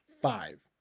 Five